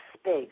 space